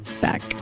back